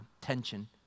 tension